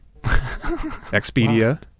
Expedia